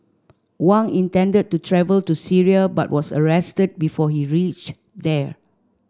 Wang intended to travel to Syria but was arrested before he reached there